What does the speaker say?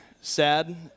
sad